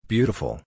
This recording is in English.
Beautiful